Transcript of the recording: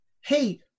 Hey